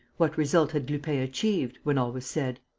what result had lupin achieved, when all was said?